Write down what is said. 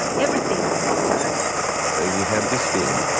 and everything about her we have this feeling.